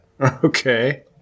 Okay